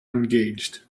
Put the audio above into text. engaged